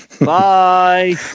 Bye